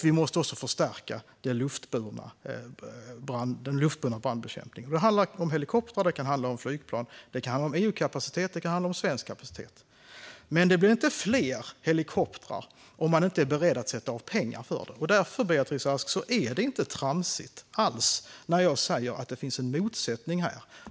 Vi måste också förstärka den luftburna brandbekämpningen. Det handlar om helikoptrar. Det kan handla om flygplan, det kan handla om EU-kapacitet och det kan handla om svensk kapacitet. Men det blir inte fler helikoptrar om man inte är beredd att sätta av pengar för det. Därför, Beatrice Ask, är det inte alls tramsigt när jag säger att det finns en motsättning här.